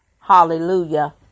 Hallelujah